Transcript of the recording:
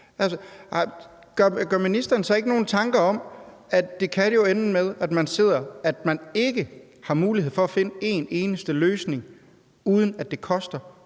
Gør ministeren sig ikke nogen tanker om, at det jo kan ende med, at man ikke har mulighed for at finde en eneste løsning, uden at det koster